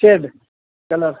shade colour